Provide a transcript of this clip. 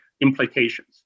implications